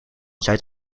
zuid